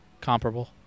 comparable